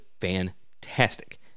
fantastic